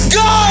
go